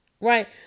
right